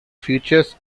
features